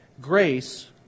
Grace